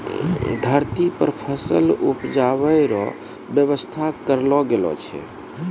धरती पर फसल उपजाय रो व्यवस्था करलो गेलो छै